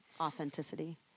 authenticity